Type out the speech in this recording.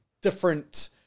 different